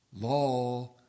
Law